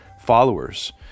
followers